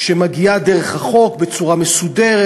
שמגיעה דרך החוק בצורה מסודרת,